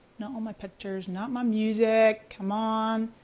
not all my pictures, not my music, come on,